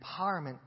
empowerment